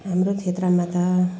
हाम्रो क्षेत्रमा त